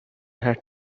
had